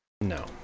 No